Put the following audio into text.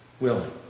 willing